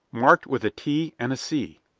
marked with a t and a c.